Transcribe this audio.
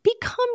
become